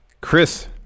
Chris